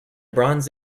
bronze